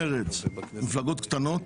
מרצ ומפלגות קטנות